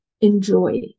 enjoy